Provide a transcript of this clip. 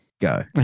Go